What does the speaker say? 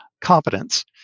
competence